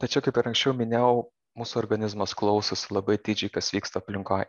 tačiau kaip ir anksčiau minėjau mūsų organizmas klausosi labai atidžiai kas vyksta aplinkoj